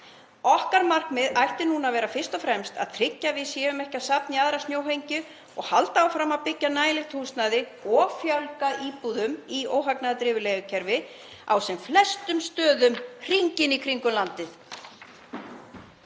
Okkar markmið ætti núna að vera fyrst og fremst að tryggja að við séum ekki að safna í aðra snjóhengju og halda áfram að byggja nægilega mikið af húsnæði og fjölga íbúðum í óhagnaðardrifnu leigukerfi á sem flestum stöðum hringinn í kringum landið.